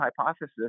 hypothesis